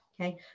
Okay